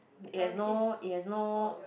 it has no it has no